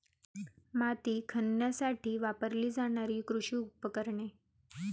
माती खणण्यासाठी वापरली जाणारी कृषी उपकरणे